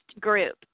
group